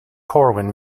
corwin